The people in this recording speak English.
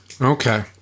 okay